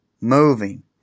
moving